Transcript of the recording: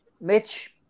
Mitch